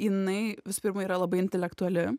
jinai visų pirma yra labai intelektuali